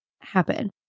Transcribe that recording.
happen